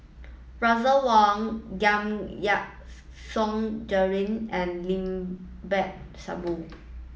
Russel Wong Giam Yean Song Gerald and Limat Sabtu